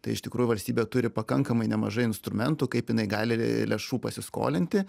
tai iš tikrųjų valstybė turi pakankamai nemažai instrumentų kaip jinai gali lėšų pasiskolinti